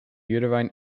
uterine